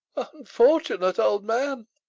unfortunate old man!